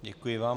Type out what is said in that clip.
Děkuji vám.